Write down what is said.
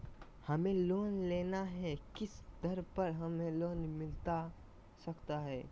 हमें लोन लेना है किस दर पर हमें लोन मिलता सकता है?